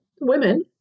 women